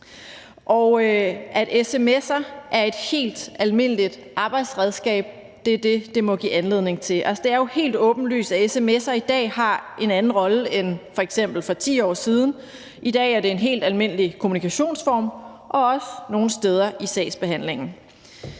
At sms'er er et helt almindeligt arbejdsredskab, er det, det må give anledning til at sige. Det er jo helt åbenlyst, at sms'er i dag har en anden rolle end f.eks. for 10 år siden. I dag er det en helt almindelig kommunikationsform og også nogle steder i sagsbehandlingen.